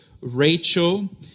Rachel